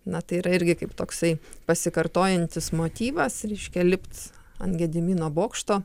na tai yra irgi kaip toksai pasikartojantis motyvas reiškia lipt ant gedimino bokšto